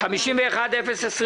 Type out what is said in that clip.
בקשה מס' 51-025